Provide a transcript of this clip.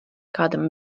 kādam